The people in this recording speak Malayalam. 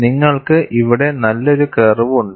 നിങ്ങൾക്ക് ഇവിടെ നല്ലൊരു കർവ് ഉണ്ട്